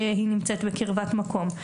שהיא נמצאת בקרבת מקום.